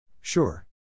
Sure